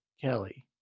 Kelly